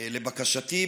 לבקשתי,